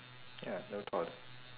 ya never thought